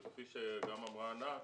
וכפי שגם אמרה ענת,